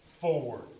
forward